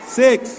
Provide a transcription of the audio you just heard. six